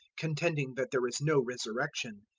contending that there is no resurrection.